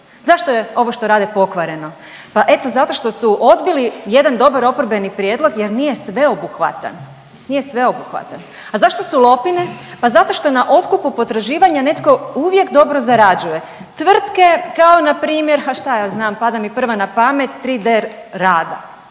Zašto je ovo što rade pokvareno? Pa eto zato što su odbili jedan dobar oporbeni prijedlog jer nije sveobuhvatan, nije sveobuhvatan. A zašto su lopine? Pa zato što na otkupu potraživanja netko uvijek dobro zarađuje, tvrtke kao npr., a šta ja znam, pada mi prva na pamet 3D Rada